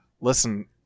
Listen